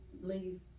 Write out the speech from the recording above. leave